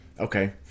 Okay